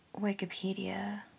Wikipedia